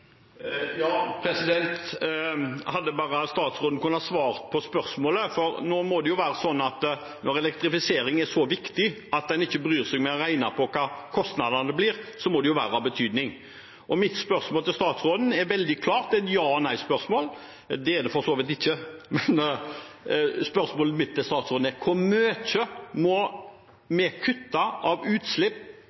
hadde bare statsråden kunnet svare på spørsmålet. Det må jo være sånn at når elektrifisering er så viktig at en ikke bryr seg med å regne på hva kostnadene blir, må det jo være av betydning. Mitt spørsmål til statsråden er veldig klart et ja/nei-spørsmål – eller det er det for så vidt ikke. Spørsmålet mitt til statsråden er: Hvor mye må vi kutte av utslipp